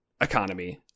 economy